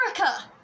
America